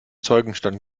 zeugenstand